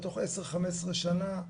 תוך 10-15 שנה,